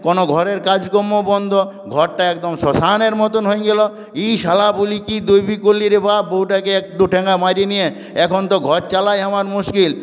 কোন ঘরের কাজকম্ম বন্ধ ঘরটা একদম শ্মশানের মতোন হয়েন গেলো ই শালা বলি কি দৈবি করলি রে বাপ বউটাকে দু ঠেঙা মারি নিয়ে এখন তো ঘর চালাই আমার মুশকিল